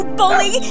bully